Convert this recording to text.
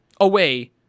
away